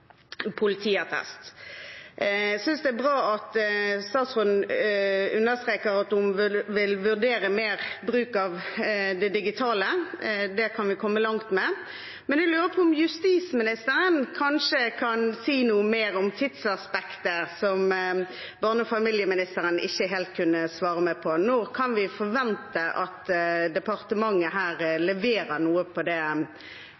politiattest. Jeg synes det er bra at statsråden understreker at hun vil vurdere mer bruk av det digitale. Det kan vi komme langt med, men jeg lurer på om justisministeren kanskje kan si noe mer om tidsaspektet, som barne- og familieministeren ikke helt kunne svare meg på. Når kan vi forvente at departementet leverer noe på det